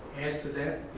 add to that?